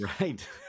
right